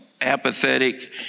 apathetic